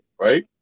right